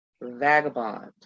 Vagabond